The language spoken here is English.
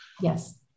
Yes